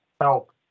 help